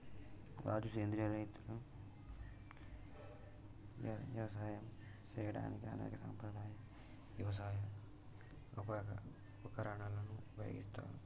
రాజు సెంద్రియ రైతులు యవసాయం సేయడానికి అనేక సాంప్రదాయ యవసాయ ఉపకరణాలను ఉపయోగిస్తారు